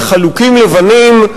בחלוקים לבנים,